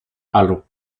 halo